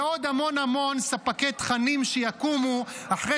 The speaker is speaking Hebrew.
ועוד המון המון ספקי תכנים שיקומו אחרי